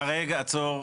רגע, עצור.